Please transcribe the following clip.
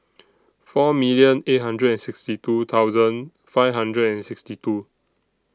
four million eight hundred and sixty two thousand five hundred and sixty two